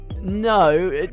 no